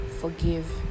forgive